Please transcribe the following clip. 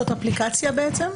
זאת אפליקציה, בעצם?